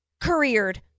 careered